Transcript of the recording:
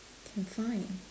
can find